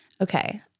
Okay